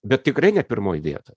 bet tikrai ne pirmoj vietoj